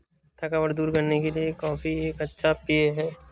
थकावट दूर करने के लिए कॉफी एक अच्छा पेय है